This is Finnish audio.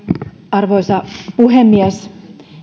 arvoisa puhemies